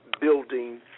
building